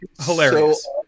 Hilarious